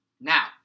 Now